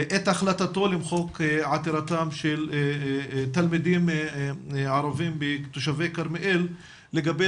את החלטתו למחוק עתירתם של תלמידים ערבים תושבי כרמיאל לגבי